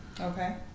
Okay